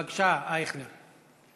בבקשה, אייכלר.